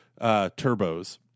turbos